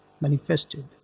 manifested